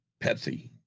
Pepsi